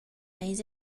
eis